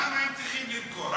למה הם צריכים למכור?